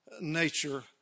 nature